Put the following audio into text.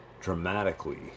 dramatically